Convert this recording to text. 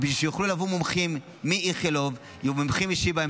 כדי שיוכלו לבוא מומחים מאיכילוב, מומחים משיבא.